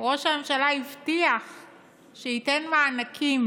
ראש הממשלה הבטיח שייתן מענקים.